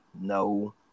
No